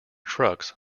trucks